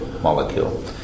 molecule